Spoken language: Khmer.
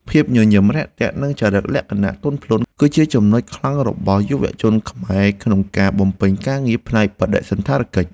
ភាពញញឹមរាក់ទាក់និងចរិតលក្ខណៈទន់ភ្លន់ គឺជាចំណុចខ្លាំងរបស់យុវជនខ្មែរក្នុងការបំពេញការងារផ្នែកបដិសណ្ឋារកិច្ច។